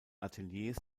ateliers